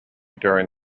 during